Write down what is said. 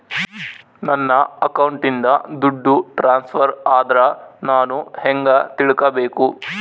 ನನ್ನ ಅಕೌಂಟಿಂದ ದುಡ್ಡು ಟ್ರಾನ್ಸ್ಫರ್ ಆದ್ರ ನಾನು ಹೆಂಗ ತಿಳಕಬೇಕು?